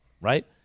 right